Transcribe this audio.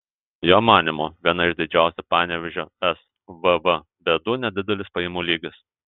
jo manymu viena iš didžiausių panevėžio svv bėdų nedidelis pajamų lygis